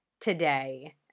today